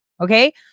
Okay